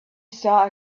saw